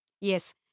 Yes